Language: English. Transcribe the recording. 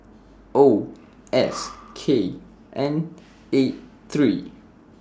O S K N eight three